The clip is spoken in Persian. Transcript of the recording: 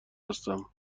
هستم